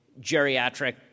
geriatric